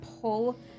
pull